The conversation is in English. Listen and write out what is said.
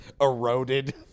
eroded